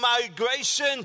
migration